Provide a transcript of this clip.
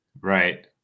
Right